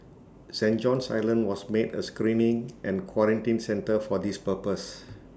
saint John's island was made A screening and quarantine centre for this purpose